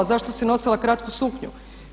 Zašto si nosila kratku suknju?